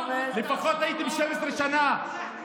הייתם 12 שנה,